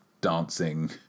dancing